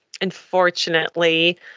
Unfortunately